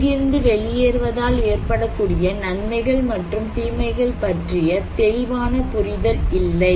இங்கிருந்து வெளியேறுவதால் ஏற்படக்கூடிய நன்மைகள் மற்றும் தீமைகள் பற்றிய தெளிவான புரிதல் இல்லை